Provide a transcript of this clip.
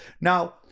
Now